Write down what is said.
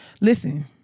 Listen